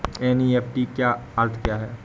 NEFT का अर्थ क्या है?